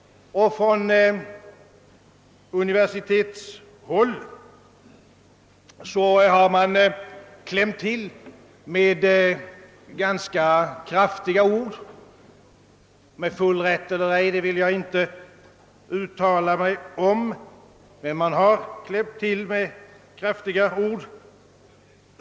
Från universitetshåll har man klämt till med ganska kraftiga ord, om med full rätt eller ej vill jag inte uttala mig om.